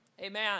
Amen